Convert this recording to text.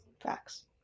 facts